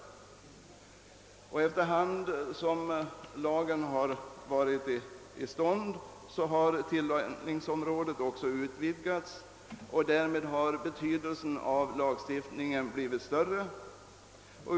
Under den tid som lagen varit i kraft har tillämpningsområdet efter hand vidgats. Därmed har betydelsen av lagstiftningen blivit större.